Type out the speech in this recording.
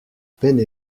peine